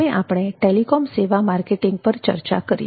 હવે આપણે ટેલિકોમ સેવા માર્કેટિંગ પર ચર્ચા કરીએ